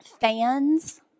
fans